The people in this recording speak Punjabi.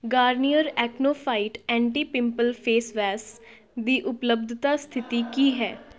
Garnier Acno Fight anti pimple face wash ਦੀ ਉਪਲਬਧਤਾ ਸਥਿਤੀ ਕੀ ਹੈ